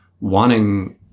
wanting